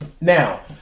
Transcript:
Now